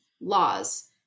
laws